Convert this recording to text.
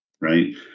right